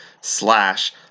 slash